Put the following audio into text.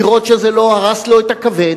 לראות שזה לא הרס לו את הכבד.